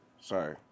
Sorry